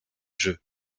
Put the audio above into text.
jeux